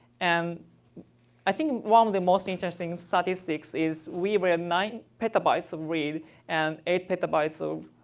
and i think one of the most interesting statistics is we read nine petabytes of read and eight petabytes of